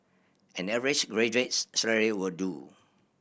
an average graduate's salary will do